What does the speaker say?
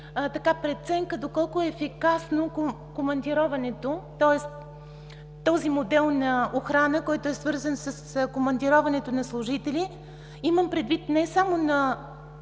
и преценка доколко ефикасно е командироването. Тоест този модел на охрана, който е свързан с командироването на служители. Имам предвид не само на